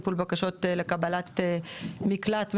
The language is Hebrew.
טיפול בבקשות לקבל מקלט מדיני,